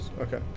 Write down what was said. Okay